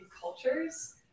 cultures